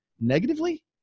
negatively